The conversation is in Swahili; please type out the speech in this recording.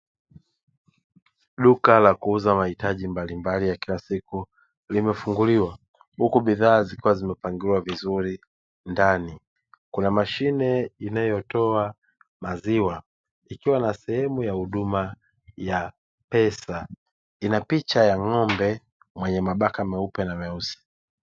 Duka la kuuza mahitaji mbalimbali ya kila siku limefunguliwa, huku bidhaa zikiwa zimepangiliwa vizuri ndani. Kuna mashine inayotoa maziwa ikiwa na sehemu ya huduma ya pesa, ina picha ya ng’ombe yenye mabaka meupe na meusi.